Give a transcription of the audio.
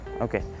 okay